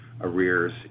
arrears